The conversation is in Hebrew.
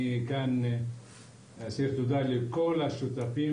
אני מוקיר תודה לכל השותפים